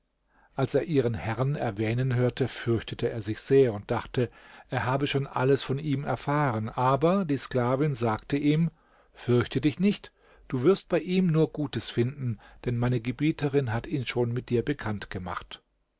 als er ihren herrn erwähnen hörte fürchtete er sich sehr und dachte er habe schon alles von ihm erfahren aber die sklavin sagte ihm fürchte dich nicht du wirst bei ihm nur gutes finden denn meine gebieterin hat ihn schon mit dir bekannt gemacht